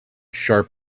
sharp